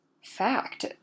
Fact